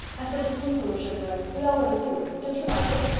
i put a spoonful of sugar in. we always do. don't you like it?